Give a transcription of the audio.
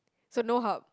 so no hub